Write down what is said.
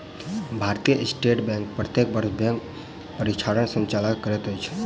भारतीय state bank प्रत्येक वर्ष बैंक परीक्षाक संचालन करैत अछि